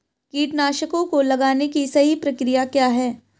कीटनाशकों को लगाने की सही प्रक्रिया क्या है?